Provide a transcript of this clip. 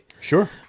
Sure